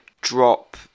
drop